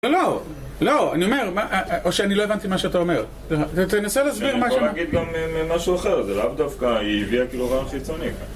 לא, לא, אני אומר, או שאני לא הבנתי מה שאתה אומר אתה מנסה להסביר מה ש... אני יכול להגיד גם משהו אחר, זה לאו דווקא, היא הביאה כאילו רעיון חיצוני